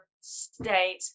state